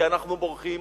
כי אנחנו בורחים